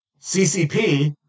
CCP